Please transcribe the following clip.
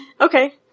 Okay